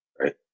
Right